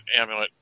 amulet